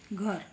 घर